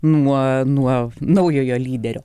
nuo nuo naujojo lyderio